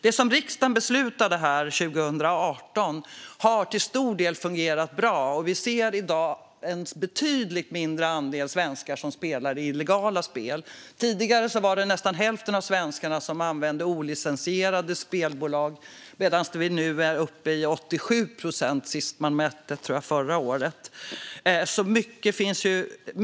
Det som riksdagen beslutade 2018 har till stor del fungerat bra. Vi ser i dag en betydligt mindre andel svenskar som spelar i illegala spel. Tidigare var det nästan hälften av de svenska spelarna som använde olicensierade spelbolag, men senast man mätte - jag tror att det var förra året - var det 87 procent som använde licensierade spelbolag.